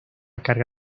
carga